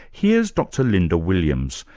here's dr linda williams,